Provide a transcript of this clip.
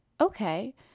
okay